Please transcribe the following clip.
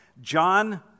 John